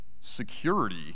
security